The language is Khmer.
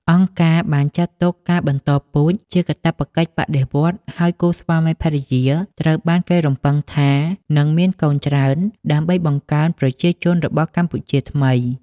អង្គការបានចាត់ទុកការបន្តពូជជាកាតព្វកិច្ចបដិវត្តន៍ ហើយគូស្វាមីភរិយាត្រូវបានគេរំពឹងថានឹងមានកូនច្រើនដើម្បីបង្កើនប្រជាជនរបស់ "កម្ពុជា" ថ្មី។